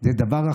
זה דבר אכזרי.